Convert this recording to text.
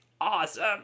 awesome